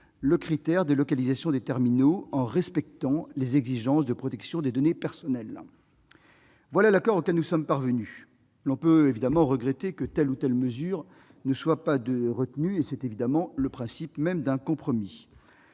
les critères de localisation des terminaux en France, de manière à respecter les exigences de protection des données personnelles. Voilà l'accord auquel nous sommes parvenus. On peut toujours regretter que telle ou telle mesure ne soit pas retenue : c'est le principe même d'un compromis.